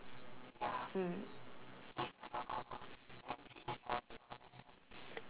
mm